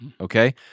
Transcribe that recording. okay